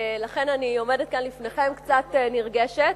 לכן אני עומדת כאן לפניכם קצת נרגשת.